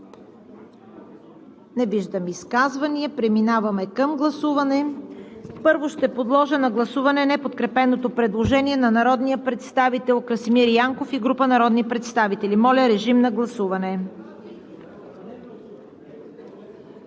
Не виждам. Преминаваме към гласуване. Първо ще подложа на гласуване неподкрепеното предложение на народния представител Красимир Янков и група народни представители. Господин Колев?